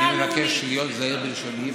אני מבקש להיות זהיר בלשוני,